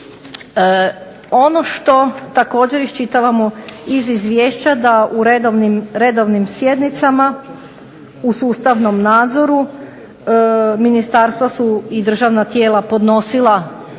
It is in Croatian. Ono što također iščitavamo iz izvješća da u redovnim sjednicama u sustavnom nadzoru ministarstva su i državna tijela podnosila